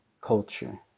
culture